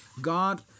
God